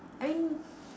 I mean